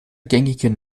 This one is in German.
gängigen